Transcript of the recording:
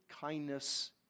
kindness